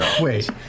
wait